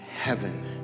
heaven